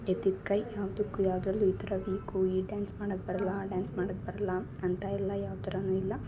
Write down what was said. ಎತ್ತಿದ ಕೈ ಯಾವುದಕ್ಕೂ ಯಾವ್ದ್ರಲ್ಲು ಈ ಥರ ವೀಕು ಈ ಡ್ಯಾನ್ಸ್ ಮಾಡಾಕ್ ಬರಲ್ಲ ಆ ಡ್ಯಾನ್ಸ್ ಮಾಡಾಕೆ ಬರಲ್ಲ ಅಂತ ಎಲ್ಲ ಯಾವ ಥರಾನು ಇಲ್ಲ